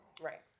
Right